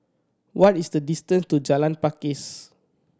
what is the distance to Jalan Pakis